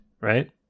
right